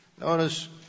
Notice